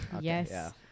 Yes